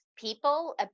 people